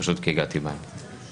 פשוט כי הגעתי באמצע.